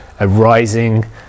arising